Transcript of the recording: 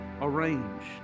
arranged